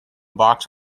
box